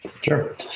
Sure